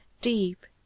deep